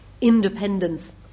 independence